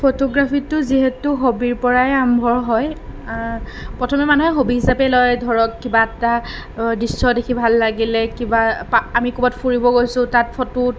ফটোগ্ৰাফীটো যিহেতু হবিৰ পৰাই আৰম্ভ হয় প্ৰথমে মানুহে হবি হিচাপে লয় ধৰক কিবা এটা দৃশ্য দেখি ভাল লাগিলে কিবা আমি ক'ৰবাত ফুৰিব গৈছোঁ তাত ফটোত